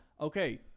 okay